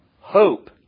Hope